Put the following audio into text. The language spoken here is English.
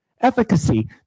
efficacy